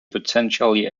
potentially